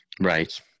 right